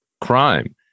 crime